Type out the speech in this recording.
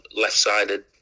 left-sided